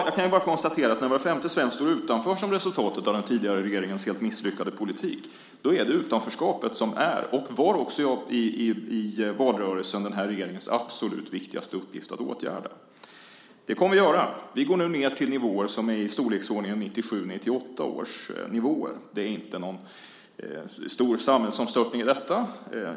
Jag kan bara konstatera att när var femte svensk står utanför som ett resultat av den tidigare regeringens helt misslyckade politik, då är det utanförskapet som är - det var det också i valrörelsen - den här regeringens absolut viktigaste uppgift att åtgärda. Det kommer vi att göra. Vi går nu ned till nivåer som ligger i samma storleksordning som 97-98 års nivåer. Det är inte någon stor samhällsomstörtning i detta.